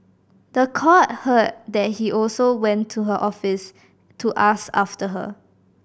the court heard that he also went to her office to ask after her